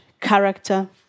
character